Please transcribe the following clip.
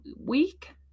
week